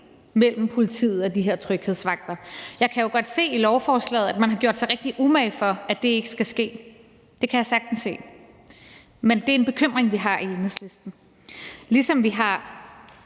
mellem politiet og de her tryghedsvagter. Jeg kan jo godt se, at man i lovforslaget har gjort sig meget umage med, at det ikke skal ske. Det kan jeg sagtens se, men det er en bekymring, vi har i Enhedslisten, ligesom vi har